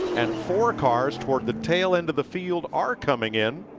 and four cars toward the tail end of the field are coming in.